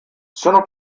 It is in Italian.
sono